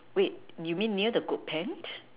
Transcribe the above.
wait you mean near the goat pant